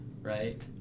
right